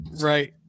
right